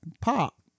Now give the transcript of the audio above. pop